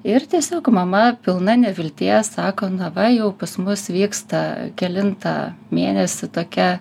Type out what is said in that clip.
ir tiesiog mama pilna nevilties sako na va jau pas mus vyksta kelintą mėnesį tokia